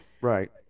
right